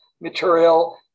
material